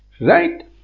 right